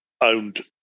owned